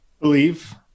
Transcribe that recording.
Believe